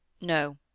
No